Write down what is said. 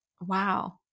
Wow